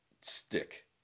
stick